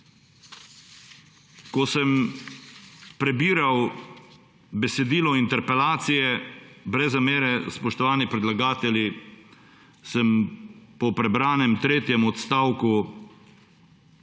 Ko sem prebiral besedilo interpelacije, brez zamere, spoštovani predlagatelji, sem po prebranem tretjem odstavku